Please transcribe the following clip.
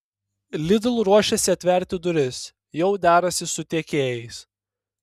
lidl ruošiasi atverti duris jau derasi su tiekėjais